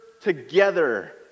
together